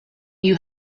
you